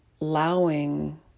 allowing